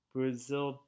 Brazil